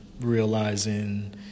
realizing